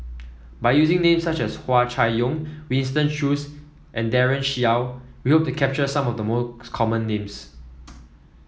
by using names such as Hua Chai Yong Winston Choos and Daren Shiau we hope to capture some of the common names